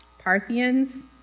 Parthians